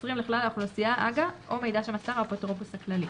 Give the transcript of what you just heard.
שמוסרים לכלל האוכלוסייה הג"א או מידע שמסר האפוטרופוס הכללי,